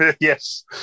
Yes